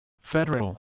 federal